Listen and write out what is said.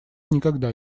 никогда